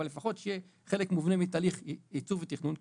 אבל לפחות שיהיה חלק מובנה מתהליך עיצוב ותכנון,